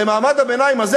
הרי מעמד הביניים הזה,